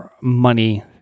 money